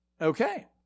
okay